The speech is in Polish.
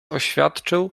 oświadczył